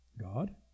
God